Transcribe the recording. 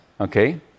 okay